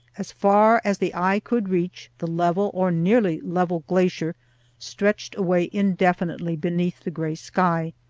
as far as the eye could reach, the level, or nearly level, glacier stretched away indefinitely beneath the gray sky,